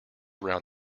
around